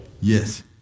Yes